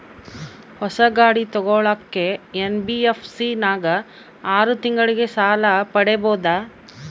ಹೊಸ ಗಾಡಿ ತೋಗೊಳಕ್ಕೆ ಎನ್.ಬಿ.ಎಫ್.ಸಿ ನಾಗ ಆರು ತಿಂಗಳಿಗೆ ಸಾಲ ಪಡೇಬೋದ?